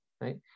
right